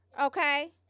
Okay